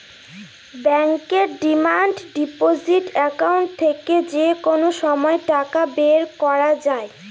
ব্যাঙ্কের demand deposit account থেকে যে কোনো সময় টাকা বের করা যায়